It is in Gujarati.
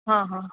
હં હં હં